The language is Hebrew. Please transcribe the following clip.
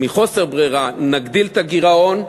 מחוסר ברירה נגדיל את הגירעון,